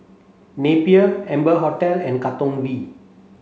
Napier Amber Hotel and Katong V